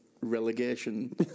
relegation